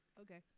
okay